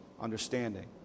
understanding